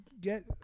get